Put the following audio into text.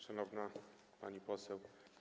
Szanowna Pani Poseł!